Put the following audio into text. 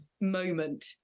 moment